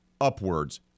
upwards